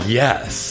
yes